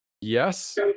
Yes